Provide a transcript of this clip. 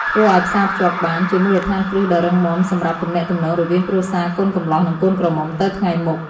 ធ្វើអោយផ្សារភ្ជាប់បាន ជាមូលដ្ឋានគ្រឹះដ៏រឹងមាំសម្រាប់ទំនាក់ទំនងរវាងគ្រួសារកូនកម្លោះ និងកូនក្រមុំទៅថ្ងៃមុខ។